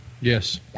Yes